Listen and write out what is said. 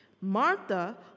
Martha